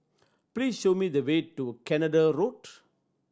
please show me the way to Canada Road